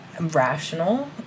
rational